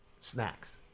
snacks